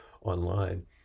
online